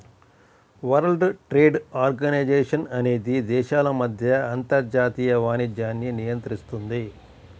world Trade Organization అనేది దేశాల మధ్య అంతర్జాతీయ వాణిజ్యాన్ని నియంత్రిస్తుంది